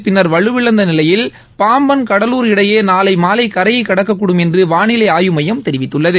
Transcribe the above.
பின்னர் வழுவிழந்த நிலையில் பாம்பள் கடலூர் இடையே நாளை மாலை கரையைக் கடக்கக்கூடும் என்று வாளிலை ஆய்வு மையம் தெரிவித்துள்ளது